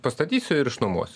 pastatysiu ir išnuomuosiu